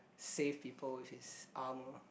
save people with his armor